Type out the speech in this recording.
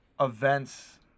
events